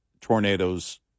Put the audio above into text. tornadoes